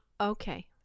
okay